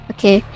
Okay